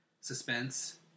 suspense